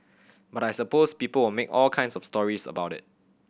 but I suppose people will make all kinds of stories about it